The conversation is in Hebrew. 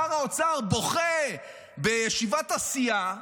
שר האוצר בוכה בישיבת הסיעה,